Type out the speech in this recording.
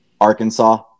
Arkansas